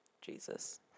Jesus